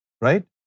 right